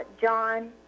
john